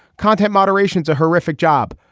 content moderation is a horrific job.